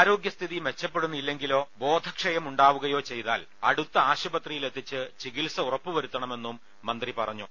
ആരോഗ്യസ്ഥിതി മെച്ചപ്പെ ടുന്നില്ലെങ്കിലോ ബോധക്ഷയം ഉണ്ടാവുകയോ ചെയ്താൽ അടുത്ത ആശുപത്രിയിലെത്തിച്ച് ചികിത്സ ഉറപ്പുവരുത്തണമെന്നും മന്ത്രി പറഞ്ഞു